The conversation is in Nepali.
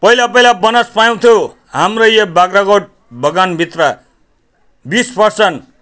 पहिला पहिला बोनस पाउँथ्यो हाम्रो यो बाग्राकोट बगानभित्र बिस पर्सन्ट